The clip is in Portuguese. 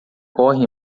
corre